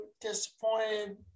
disappointed